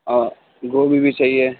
اور گوبھی بھی چاہیے